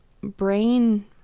brain